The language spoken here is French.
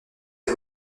est